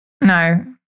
No